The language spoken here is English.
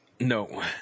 No